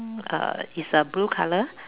uh is a blue color